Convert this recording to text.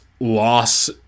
loss